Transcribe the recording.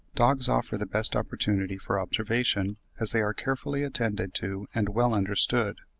dogs offer the best opportunity for observation, as they are carefully attended to and well understood.